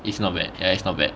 it's not bad ya it's not bad